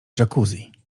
jacuzzi